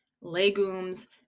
legumes